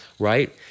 Right